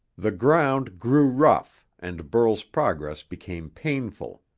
the ground grew rough, and burl's progress became painful.